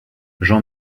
jean